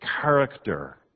character